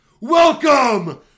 welcome